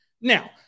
Now